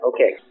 Okay